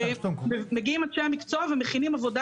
מגיעים אנשי המקצוע ומכינים עבודה